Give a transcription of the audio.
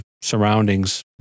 surroundings